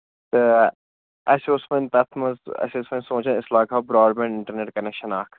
تہٕ اَسہِ اوس وۅنۍ تَتھ منٛز اَسہِ اوس وۅنۍ سونچان أسۍ لاگہو برٛاڈ بینٛڈ اِنٹرنیٹ کَنٮ۪کشَن اکھ